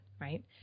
right